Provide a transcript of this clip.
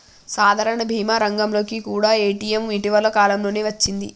సాధారణ భీమా రంగంలోకి కూడా పేటీఎం ఇటీవల కాలంలోనే వచ్చింది